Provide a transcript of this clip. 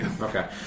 Okay